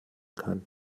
kann